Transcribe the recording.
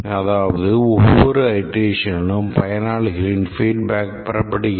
அதாவது ஒவ்வொரு அயிட்ரேஷனினும் பயனாளிகளின் feedback பெறப்படுகிறது